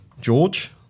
George